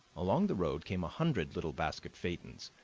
along the road came a hundred little basket phaetons,